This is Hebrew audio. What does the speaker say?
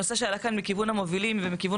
הנושא שעלה כאן מכיוון המובילים ומכיוון